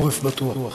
חורף בטוח.